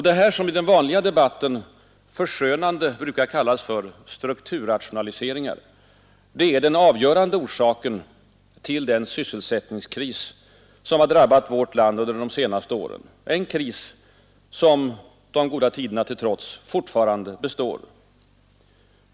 Detta, som i den vanliga debatten förskönande brukar kallas för ”strukturrationaliseringar”, är den avgöran de orsaken till den sysselsättningskris som drabbat vårt land under de senaste åren, en kris som — de goda tiderna till trots — fortfarande består.